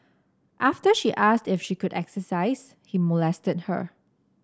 after she asked if she could exercise he molested her